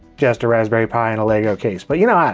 just a raspberry pi in a lego case. but you know,